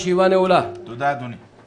תודה, אדוני.